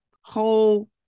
whole